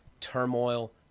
turmoil